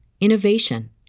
innovation